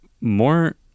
more